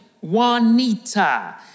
Juanita